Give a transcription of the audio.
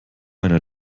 einer